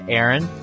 Aaron